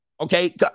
Okay